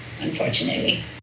unfortunately